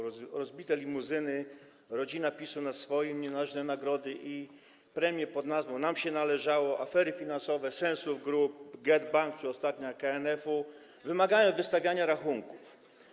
Rozbite limuzyny, rodzina PiS-u na swoim, nienależne nagrody i premie pod nazwą: nam się należało, afery finansowe Sensus Group, GetBack czy ostatnia KNF-u wymagają wystawiania rachunków.